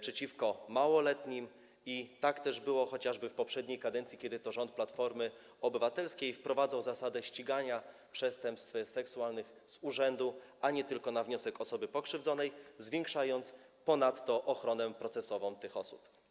przeciwko małoletnim, tak też było chociażby w poprzedniej kadencji, kiedy to rząd Platformy Obywatelskiej wprowadzał zasadę ścigania przestępstw seksualnych z urzędu, a nie tylko na wniosek osoby pokrzywdzonej, zwiększając ponadto ochronę procesową takiej osoby.